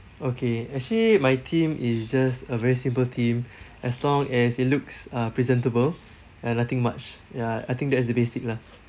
okay actually my theme is just a very simple theme as long as it looks uh presentable and nothing much ya I think that is the basic lah